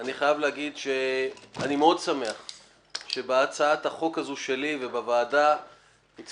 אני שמח מאוד שבהצעת החוק הזאת שלי ובוועדה הצלחנו,